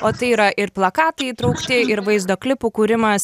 o tai yra ir plakatai įtraukti ir vaizdo klipų kūrimas